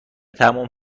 تموم